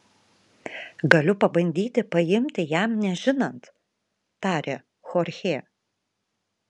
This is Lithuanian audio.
galiu pabandyti paimti jam nežinant tarė chorchė